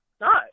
no